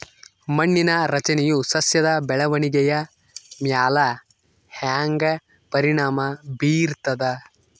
ಮಣ್ಣಿನ ರಚನೆಯು ಸಸ್ಯದ ಬೆಳವಣಿಗೆಯ ಮ್ಯಾಲ ಹ್ಯಾಂಗ ಪರಿಣಾಮ ಬೀರ್ತದ?